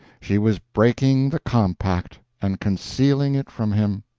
she was breaking the compact, and concealing it from him.